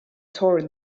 touring